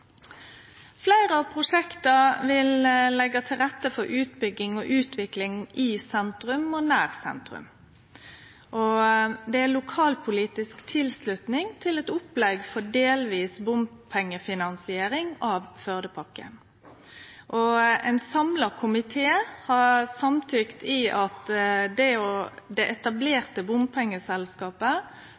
Fleire av prosjekta vil leggje til rette for utbygging og utvikling i og nær sentrum. Det er lokalpolitisk tilslutning til eit opplegg for delvis bompengefinansiering av Førdepakken. Ein samla komité samtykkjer i at det etablerte bompengeselskapet